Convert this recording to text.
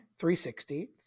360